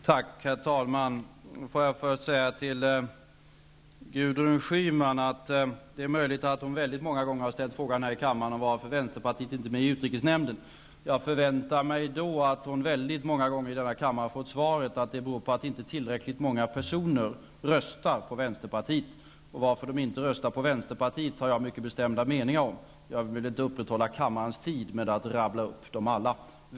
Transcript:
Herr talman! Får jag först säga till Gudrun Schyman att det är möjligt att hon väldigt många gånger har ställt frågan här i kammaren om varför vänsterpartiet inte är med i utrikesnämnden. Jag förutsätter att hon då fått svaret att det beror på att inte tillräckligt många personer röstar på vänsterpartiet. Och varför man inte röstar på vänsterpartiet har jag mycket bestämda meningar om. Jag vill inte uppta kammarens tid med att rabbla upp alla mina åsikter härvidlag.